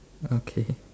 okay